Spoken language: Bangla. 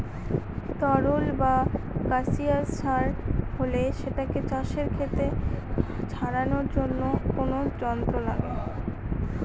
তরল বা গাসিয়াস সার হলে সেটাকে চাষের খেতে ছড়ানোর জন্য কোনো যন্ত্র লাগে